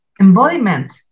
embodiment